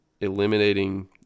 eliminating